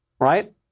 Right